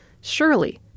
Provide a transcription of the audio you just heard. surely